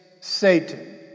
Satan